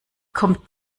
kommt